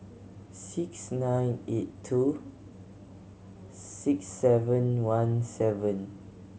six nine eight two six seven one seven